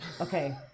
Okay